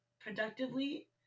productively